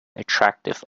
attractive